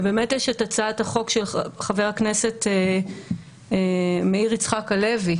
ובאמת יש את הצעת החוק של חבר הכנסת מאיר יצחק הלוי,